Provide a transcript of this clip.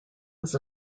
was